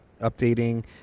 updating